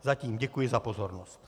Zatím děkuji za pozornost.